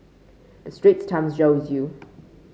the Straits Times shows you